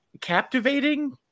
captivating